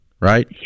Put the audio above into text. right